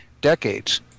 decades